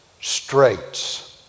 straits